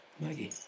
Maggie